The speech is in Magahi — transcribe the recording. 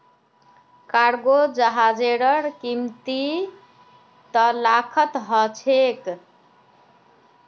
कार्गो जहाजेर कीमत त लाखत ह छेक